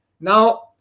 Now